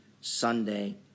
Sunday